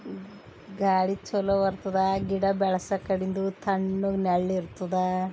ಗಾಳಿ ಚಲೋ ಬರ್ತದೆ ಗಿಡ ಬೆಳ್ಸಕಡಿಂದು ತಣ್ಣಗೆ ನೆಳ್ ಇರ್ತದೆ